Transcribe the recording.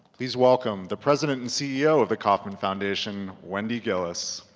please welcome the president and ceo of the kauffman foundation, wendy guillies.